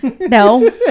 no